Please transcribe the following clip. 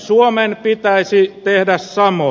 suomen pitäisi tehdä samoin